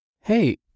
hey